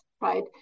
right